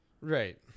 Right